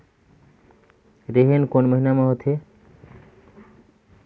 रेहेण कोन महीना म होथे?